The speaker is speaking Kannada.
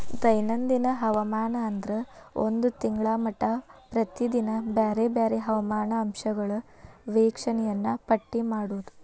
ದೈನಂದಿನ ಹವಾಮಾನ ಅಂದ್ರ ಒಂದ ತಿಂಗಳ ಮಟಾ ಪ್ರತಿದಿನಾ ಬ್ಯಾರೆ ಬ್ಯಾರೆ ಹವಾಮಾನ ಅಂಶಗಳ ವೇಕ್ಷಣೆಯನ್ನಾ ಪಟ್ಟಿ ಮಾಡುದ